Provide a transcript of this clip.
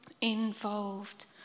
involved